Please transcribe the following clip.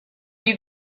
you